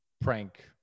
prank